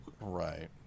Right